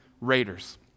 raiders